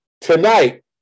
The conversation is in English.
tonight